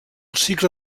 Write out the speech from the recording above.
cicle